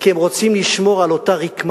כי הם רוצים לשמור על אותה רקמה